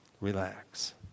Relax